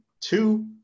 two